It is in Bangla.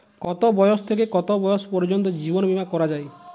কতো বয়স থেকে কত বয়স পর্যন্ত জীবন বিমা করা যায়?